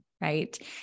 right